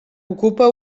ocupa